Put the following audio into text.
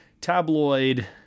tabloid